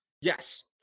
Yes